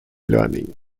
learning